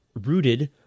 rooted